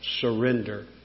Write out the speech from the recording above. surrender